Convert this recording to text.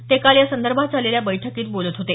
ते काल यासंदर्भात झालेल्या बैठकीत बोलत होते